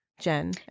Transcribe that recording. Jen